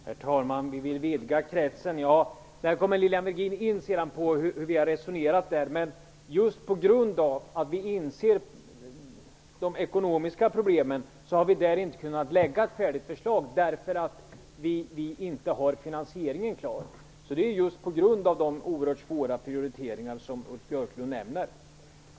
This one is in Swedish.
Herr talman! Vi vill utvidga kretsen, sade Ulf Björklund. Lilian Virgin kommer sedan att gå in på hur vi har resonerat i det fallet. Men det är just på grund av att vi inser de ekonomiska problemen som vi inte har kunnat lägga fram ett färdigt förslag - vi har inte finansieringen klar. Det är alltså på grund av de svåra prioriteringar som Ulf Björklund nämnde.